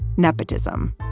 nepotism.